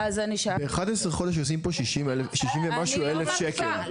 ב-11 חודש עושים פה 60 ומשהו אלף שקל,